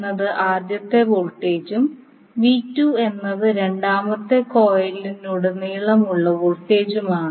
എന്നത് ആദ്യത്തെ വോൾട്ടേജും എന്നത് രണ്ടാമത്തെ കോയിലിലുടനീളം ഉള്ള വോൾട്ടേജുമാണ്